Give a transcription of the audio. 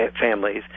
families